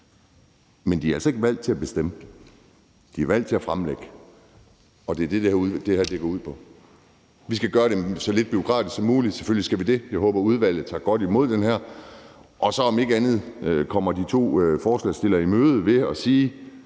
Men de er altså ikke valgt til at bestemme; de er valgt til at fremlægge, og det er det, det her går ud på. Vi skal gøre det så lidt bureaukratisk som muligt, selvfølgelig skal vi det. Jeg håber, udvalget tager godt imod det her og om ikke andet kommer de to forslagsstillere i møde ved at sige: